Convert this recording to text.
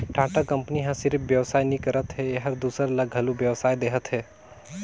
Tata company ह सिरिफ बेवसाय नी करत हे एहर दूसर ल घलो बेवसाय देहत हे